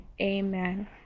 Amen